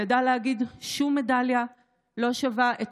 והיא ידעה להגיד: שום מדליה לא שווה את